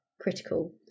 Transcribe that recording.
critical